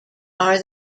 are